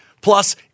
Plus